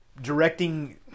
directing